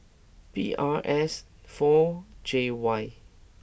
P R S four J Y